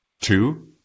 Two